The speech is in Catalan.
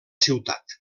ciutat